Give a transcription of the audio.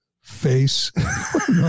face